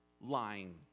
lying